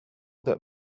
that